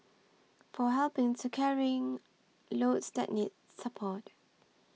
for helping to carrying loads that need support